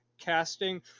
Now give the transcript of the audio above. casting